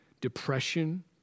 depression